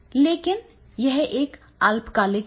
लेकिन यह एक अल्पकालिक है